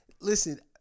listen